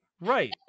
Right